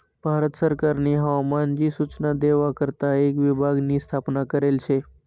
भारत सरकारनी हवामान नी सूचना देवा करता एक विभाग नी स्थापना करेल शे